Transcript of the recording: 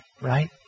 right